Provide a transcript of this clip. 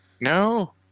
No